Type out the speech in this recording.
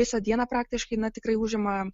visą dieną praktiškai na tikrai užima